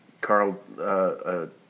Carl